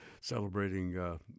celebrating